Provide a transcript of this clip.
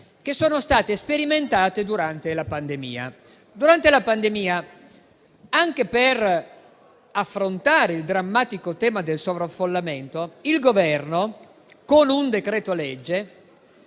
che sono state sperimentate durante la pandemia. Durante la pandemia, anche per affrontare il drammatico tema del sovraffollamento delle carceri, il Governo, con un decreto-legge,